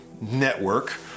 network